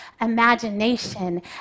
imagination